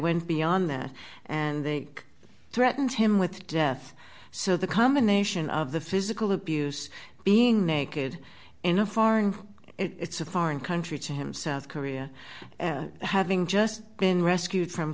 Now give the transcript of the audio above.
went beyond that and they threatened him with death so the combination of the physical abuse being naked in a foreign it's a foreign country to him south korea having just been rescued from